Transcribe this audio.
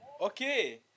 okay